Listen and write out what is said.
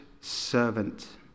servant